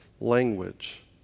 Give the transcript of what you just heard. language